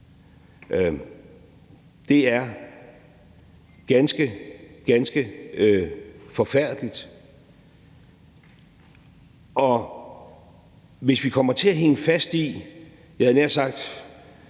ganske, ganske forfærdeligt, og hvis vi kommer til at hænge fast i, jeg havde nær sagt,